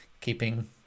keeping